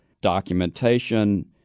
documentation